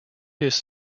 his